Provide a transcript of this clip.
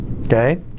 Okay